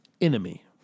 enemy